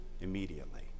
immediately